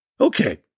Okay